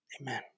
Amen